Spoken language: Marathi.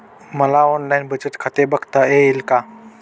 मला ऑनलाइन बचत खाते उघडता येईल का?